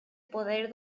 poder